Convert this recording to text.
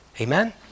Amen